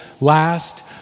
last